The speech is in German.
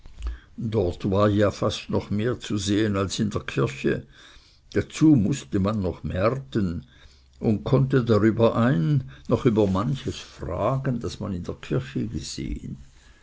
dort war ja fast noch mehr zu sehen als in der kirche dazu mußte man noch märten und konnte darüber ein noch manches fragen das man in der kirche gesehen